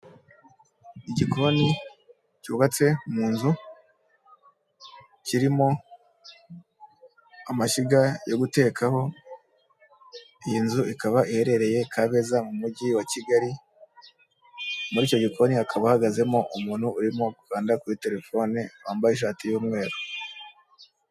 Igikoni cyubatse mu nzu kirimo amashyiga yo gutekaho, iyi nzu ikaba iherereye Kabeza mu mujyi wa Kigali, muri icyo gikoni hakaba hahagazemo umuntu urimo gukanda kuri telefone wambaye ishati y'umweru.